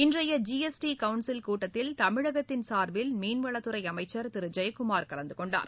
இன்றைய GST council கூட்டத்தில் தமிழகத்தின் சார்பில் மீன்வளத்துறை அமைச்சர் திரு ஜெயக்குமார் கலந்து கொண்டார்